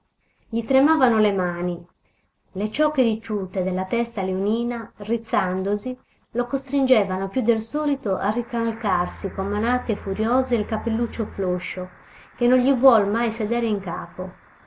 gli tremavano le mani le ciocche ricciute della testa leonina rizzandosi lo costringevano più del solito a rincalcarsi con manate furiose il cappelluccio floscio che non gli vuol mai sedere in capo